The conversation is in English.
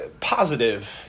positive